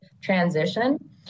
transition